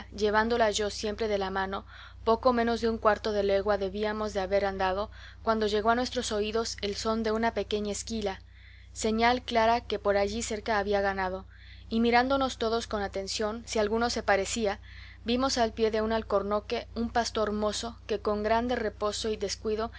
llevándola yo siempre de la mano poco menos de un cuarto de legua debíamos de haber andado cuando llegó a nuestros oídos el son de una pequeña esquila señal clara que por allí cerca había ganado y mirando todos con atención si alguno se parecía vimos al pie de un alcornoque un pastor mozo que con grande reposo y descuido